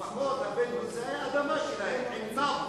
לפחות הבדואים בנגב, זו האדמה שלהם, עם טאבו.